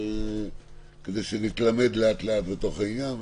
כדי שנתלמד לאט לאט בתוך העניין,